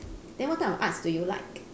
then what type of arts do you like